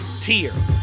tier